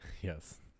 yes